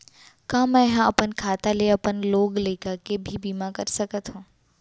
का मैं ह अपन खाता ले अपन लोग लइका के भी बीमा कर सकत हो